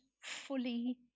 fully